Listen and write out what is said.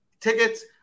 tickets